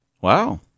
Wow